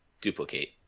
duplicate